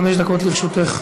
חמש דקות לרשותך.